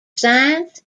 science